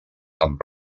amb